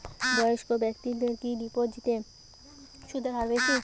বয়স্ক ব্যেক্তিদের কি ডিপোজিটে সুদের হার বেশি?